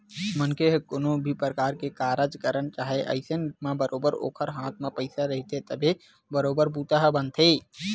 मनखे ह कोनो भी परकार के कारज करना चाहय अइसन म बरोबर ओखर हाथ म पइसा रहिथे तभे बरोबर बूता ह बनथे